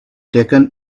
taken